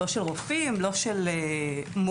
לא של רופאים ולא של מורים.